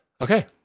Okay